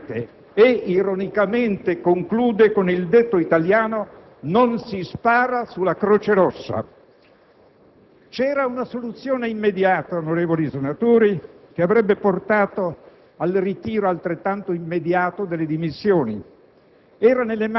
"commediante"». E, ironicamente, conclude con il detto italiano: «Non si spara sulla Croce rossa». C'era una soluzione immediata, onorevoli senatori, che avrebbe portato al ritiro altrettanto immediato delle dimissioni: